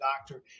doctor